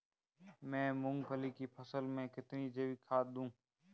मैं मूंगफली की फसल में कितनी जैविक खाद दूं?